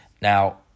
Now